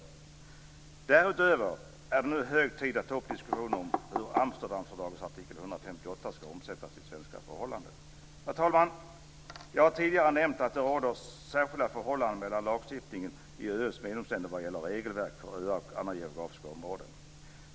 Därutöver är det nu hög tid att ta upp diskussioner om hur Amsterdamfördragets artikel 158 skall omsättas i svenska förhållanden. Fru talman! Jag har tidigare nämnt att det råder skillnader mellan EU:s medlemsländer vad gäller regelverken för öar och andra geografiska områden.